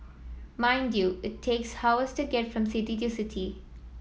mind you it takes to get from city to city